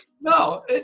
No